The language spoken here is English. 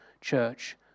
church